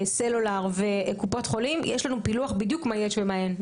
סלולר וקופות חולים יש לנו פילוח של בדיוק מה יש ומה אין.